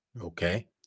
Okay